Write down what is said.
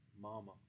mama